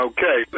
Okay